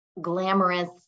glamorous